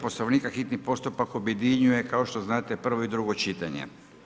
Poslovnika, hitni postupak objedinjuje, kao što znate, prvo i drugo čitanje.